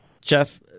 Jeff